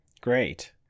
Great